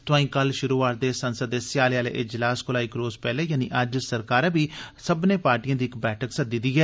तोआईं कल शुरू होआ रदे संसद दे सयाले आले इजलास कोला इक रोज पैहले यानी अज्ज सरकारै सब्बनें पार्टिएं दी इक बैठक सद्दी दी ऐ